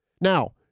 Now